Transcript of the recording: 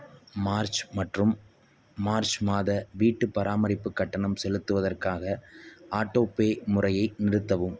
March மற்றும் March மாத வீட்டுப் பராமரிப்புக் கட்டணம் செலுத்துவதற்காக ஆட்டோ பே முறையை நிறுத்தவும்